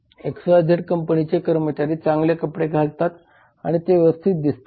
XYZ कंपनीचे कर्मचारी चांगले कपडे घालतात आणि ते व्यवस्थित दिसतात